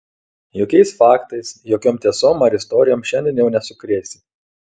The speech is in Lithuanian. jokiais faktais jokiom tiesom ar istorijom šiandien jau nesukrėsi